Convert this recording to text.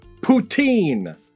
poutine